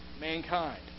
mankind